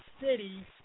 city